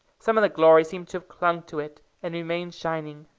some of the glory seemed to have clung to it, and remained shining.